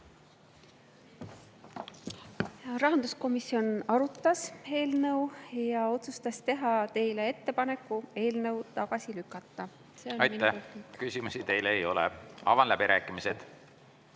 Rahanduskomisjon arutas eelnõu ja otsustas teha teile ettepaneku eelnõu tagasi lükata. Aitäh! Küsimusi teile ei ole. Avan läbirääkimised.